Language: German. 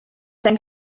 sein